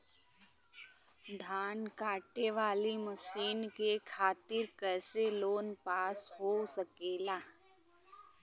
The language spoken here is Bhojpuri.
धान कांटेवाली मशीन के खातीर कैसे लोन पास हो सकेला?